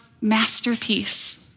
masterpiece